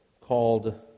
called